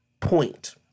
point